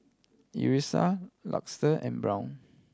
Elyssa Luster and Brown